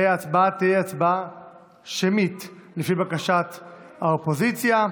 וההצבעה תהיה הצבעה שמית, לפי בקשת האופוזיציה.